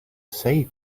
say